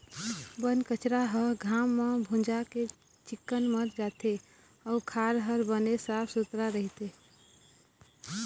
बन कचरा ह घाम म भूंजा के चिक्कन मर जाथे अउ खार ह बने साफ सुथरा रहिथे